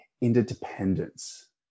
interdependence